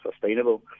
sustainable